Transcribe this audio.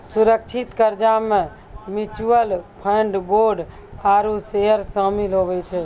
सुरक्षित कर्जा मे म्यूच्यूअल फंड, बोंड आरू सेयर सामिल हुवै छै